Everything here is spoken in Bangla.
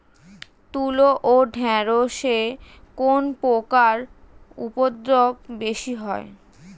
তুলো ও ঢেঁড়সে কোন পোকার উপদ্রব বেশি হয়?